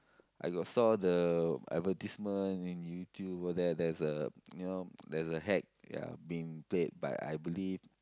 I got saw the advertisement in YouTube all that there's a you know there's a hack ya being played but I believe